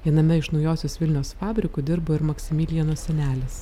viename iš naujosios vilnios fabrikų dirbo ir maksimilijano senelis